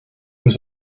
was